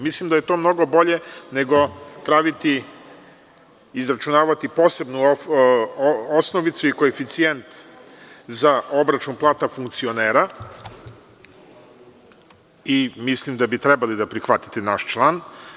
Mislim da je to mnogo bolje nego praviti, izračunavati posebnu osnovicu i koeficijent za obračun plata funkcionera i mislim da bi trebalo da prihvatite naš član.